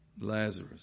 Lazarus